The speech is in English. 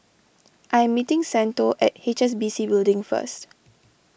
I am meeting Santo at H S B C Building first